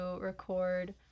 record